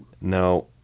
Now